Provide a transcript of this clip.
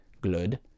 good